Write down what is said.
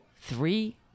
Three